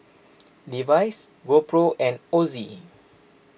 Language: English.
Levi's GoPro and Ozi